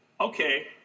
Okay